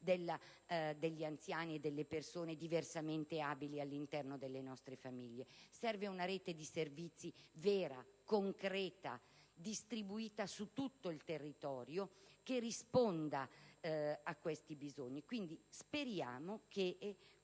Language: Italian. degli anziani e delle persone diversamente abili all'interno delle nostre famiglie: serve una rete di servizi vera, concreta, distribuita su tutto il territorio, che risponda a questi bisogni. Speriamo